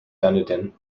dunedin